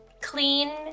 clean